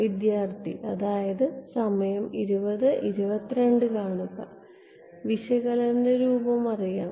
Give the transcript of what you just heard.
വിശകലന രൂപം അറിയാം